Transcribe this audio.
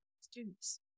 students